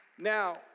Now